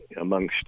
amongst